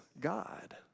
God